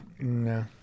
No